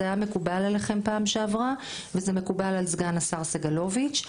זה היה מקובל עליכם פעם שעברה וזה מקובל על סגן השר סגלוביץ'.